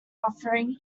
offering